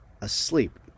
asleep